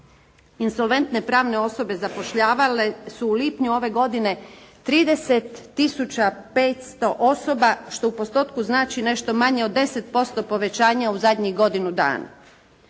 Insolventne pravne osobe zapošljavale su u lipnju ove godine 30 tisuća 500 osoba, što u postotku znači nešto manje od 10% povećanja u zadnjih godinu dana.